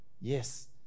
Yes